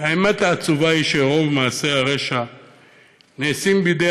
"האמת העצובה היא שרוב מעשי הרשע נעשים בידי